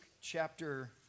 chapter